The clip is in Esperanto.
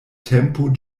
tempo